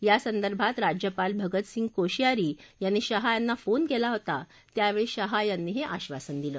यासंदर्भात राज्यपाल भगतसिंग कोशयारी यांनी शाह यांना फोन केला होता त्यावेळी शहा यांनी हे आश्वासन दिलं